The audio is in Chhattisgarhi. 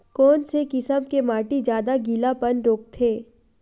कोन से किसम के माटी ज्यादा गीलापन रोकथे?